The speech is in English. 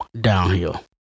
downhill